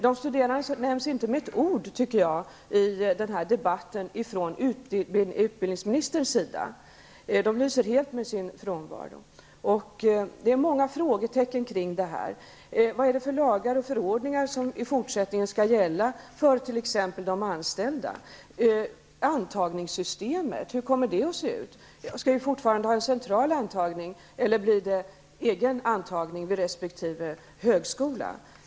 De studerande nämns inte med ett ord från utbildningsministerns sida -- de lyser helt med sin frånvaro. Det finns många frågetecken kring detta. Vilka lagar och förordningar är det som i fortsättningen skall gälla för t.ex. de anställda? Hur kommer antagningssystemet att se ut? Skall det fortfarande vara en central antagning, eller blir det egen antagning vid resp. högskola?